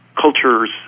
cultures